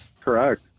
Correct